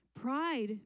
Pride